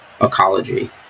ecology